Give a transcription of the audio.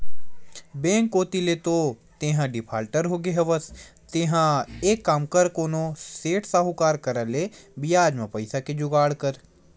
bank कोती ले तो तेंहा डिफाल्टर होगे हवस तेंहा एक काम कर कोनो सेठ, साहुकार करा ले बियाज म पइसा के जुगाड़ कर